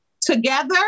together